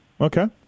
Okay